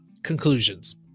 Conclusions